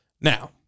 Now